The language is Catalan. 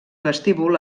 vestíbul